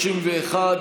31,